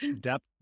Depth